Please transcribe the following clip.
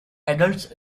adults